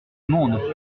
monde